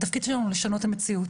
התפקיד שלנו לשנות את המציאות.